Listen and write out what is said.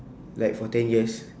like for ten years